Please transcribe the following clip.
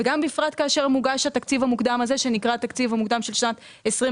וגם בפרט כאשר מוגש התקציב המוקדם הזה שנקרא התקציב המוקדם של שנת 2024,